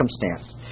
circumstance